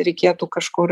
reikėtų kažkur